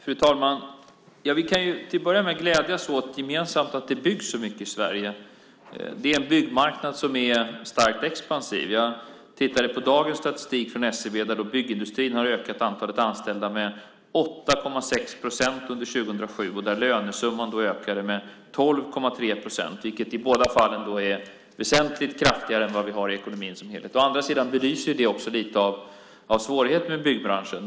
Fru talman! Vi kan ju till att börja med gemensamt glädjas åt att det byggs så mycket i Sverige. Vi har en byggmarknad som är starkt expansiv. Jag tittade på dagens statistik från SCB, där byggindustrin har ökat antalet anställda med 8,6 procent under 2007, och lönesumman ökade då med 12,3 procent. Det är i båda fallen väsentligt kraftigare än vad vi har i ekonomin som helhet. Å andra sidan belyser det också lite av svårigheterna med byggbranschen.